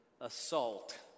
assault